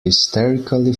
hysterically